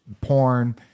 porn